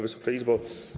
Wysoka Izbo!